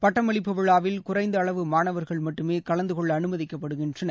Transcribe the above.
பட்டமளிப்பு விழாவில் குறைந்தஅளவு மாணவர்கள் மட்டுமேகலந்தகொள்ளஅனுமதிக்கப்படுவார்கள்